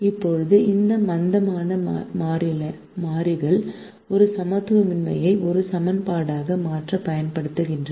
இப்போது இந்த மந்தமான மாறிகள் ஒரு சமத்துவமின்மையை ஒரு சமன்பாடாக மாற்ற பயன்படுகின்றன